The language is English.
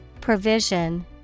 Provision